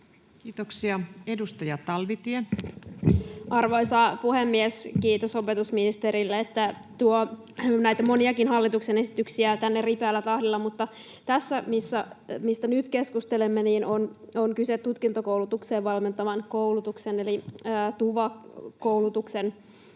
Kiitoksia. — Edustaja Talvitie. Arvoisa puhemies! Kiitos opetusministerille, että hän tuo näitä moniakin hallituksen esityksiä tänne ripeällä tahdilla. Tässä, mistä nyt keskustelemme, on kyse tutkintokoulutukseen valmentavan koulutuksen eli TUVA-koulutuksen